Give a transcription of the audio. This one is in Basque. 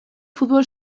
futbol